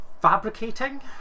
fabricating